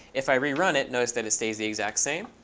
if i rerun it, notice that it stays the exact same.